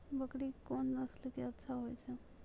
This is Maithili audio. बकरी कोन नस्ल के अच्छा होय छै?